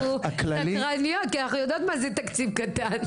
אנחנו סקרניות כי אנחנו יודעות מה זה תקציב קטן.